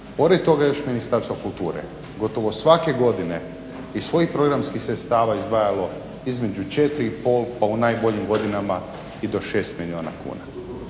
Pored toga još Ministarstvo kulture gotovo svake godine iz svojih programskih sredstava izdvajalo između 4 i pol, pa u najboljim godinama i do 6 milijuna kuna.